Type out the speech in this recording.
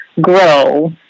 grow